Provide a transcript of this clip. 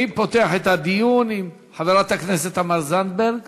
אני פותח את הדיון עם חברת הכנסת תמר זנדברג,